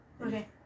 Okay